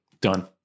Done